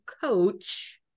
coach